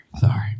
sorry